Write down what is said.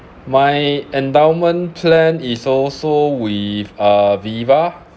my endowment plan is also with AVIVA